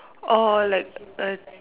orh like a